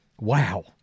Wow